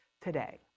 today